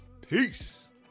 Peace